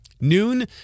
noon